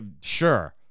sure